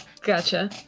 Gotcha